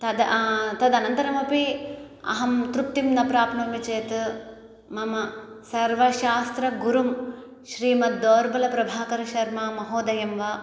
तद् तद् अनन्तरम् अपि अहं तृप्तिं न प्राप्नोमि चेत् मम सर्वशास्त्रगुरुं श्रीमद् दौर्बलप्रभाकरशर्ममहोदयं वा